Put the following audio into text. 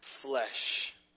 flesh